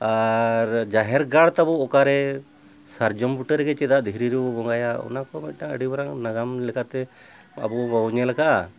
ᱟᱨ ᱡᱟᱦᱮᱨ ᱜᱟᱲ ᱛᱟᱵᱚᱱ ᱚᱠᱟᱨᱮ ᱥᱟᱨᱡᱚᱢ ᱵᱩᱴᱟᱹ ᱨᱮᱜᱮ ᱪᱮᱫᱟᱜ ᱫᱷᱤᱨᱤ ᱨᱮᱵᱚᱱ ᱵᱚᱸᱜᱟᱭᱟ ᱚᱱᱟᱠᱚ ᱢᱤᱫᱴᱟᱝ ᱟᱹᱰᱤ ᱢᱟᱨᱟᱝ ᱱᱟᱜᱟᱢ ᱞᱮᱠᱟᱛᱮ ᱟᱵᱚ ᱵᱟᱵᱚᱱ ᱧᱮᱞ ᱟᱠᱟᱜᱼᱟ